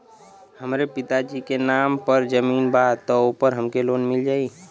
हमरे पिता जी के नाम पर जमीन बा त ओपर हमके लोन मिल जाई?